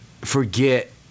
forget